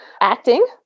acting